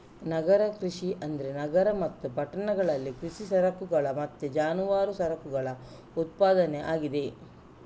ನಗರ ಕೃಷಿ ಅಂದ್ರೆ ನಗರ ಮತ್ತು ಪಟ್ಟಣಗಳಲ್ಲಿ ಕೃಷಿ ಸರಕುಗಳ ಮತ್ತೆ ಜಾನುವಾರು ಸರಕುಗಳ ಉತ್ಪಾದನೆ ಆಗಿದೆ